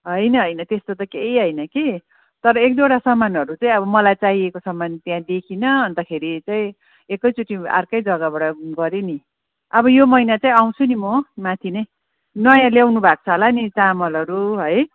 होइन होइन त्यस्तो त केही होइन कि तर एक दुईवटा सामानहरू चाहिँ अब मलाई चाहिएको सामानहरू त्यहाँदेखि अन्तखेरि चाहिँ एकैचोटि अर्कै जग्गाबाट गरेँ नि अब यो महिना चाहिँ आउँछु नि म माथि नै नयाँ ल्याउनुभएको छ होला नि चामलहरू है